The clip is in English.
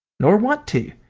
nor want to!